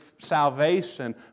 salvation